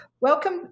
Welcome